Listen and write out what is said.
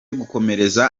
gukomereza